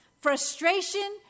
frustration